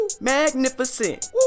Magnificent